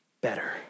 better